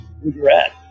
regret